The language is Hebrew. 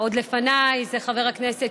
חברי הכנסת,